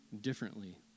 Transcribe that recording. differently